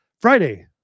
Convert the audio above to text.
Friday